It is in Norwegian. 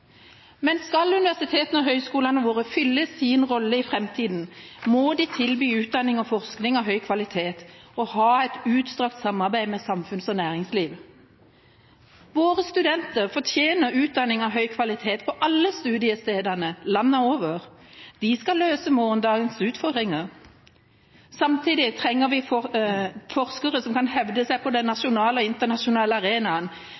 Men skal universitetene og høyskolene våre fylle sin rolle i framtida, må de tilby utdanning og forskning av høy kvalitet og ha et utstrakt samarbeid med samfunns- og næringslivet. Våre studenter fortjener utdanning av høy kvalitet på alle studiestedene landet over. De skal løse morgendagens utfordringer. Samtidig trenger vi forskere som kan hevde seg på den nasjonale og internasjonale arenaen.